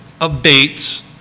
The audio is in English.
abates